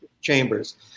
chambers